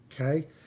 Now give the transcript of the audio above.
okay